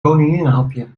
koninginnenhapje